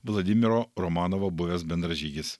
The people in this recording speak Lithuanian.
vladimiro romanovo buvęs bendražygis